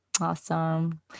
Awesome